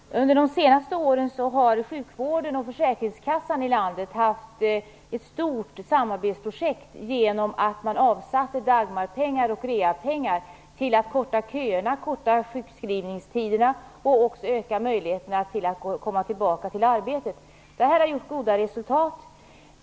Fru talman! Jag vill ställa en fråga till socialförsäkringsministern. Under de senaste åren har sjukvården och försäkringskassan i landet haft ett stort samarbetsprojekt genom att man avsatt Dagmarpengar och rehabiliteringspengar till att korta köerna, korta sjukskrivningstiderna och öka möjligheterna att komma tillbaka till arbetet. Detta har gett goda resultat.